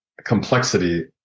complexity